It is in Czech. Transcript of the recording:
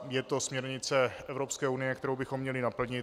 Je to směrnice Evropské unie, kterou bychom měli naplnit.